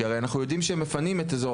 כי הרי אנחנו יודעים שמפנים את אזור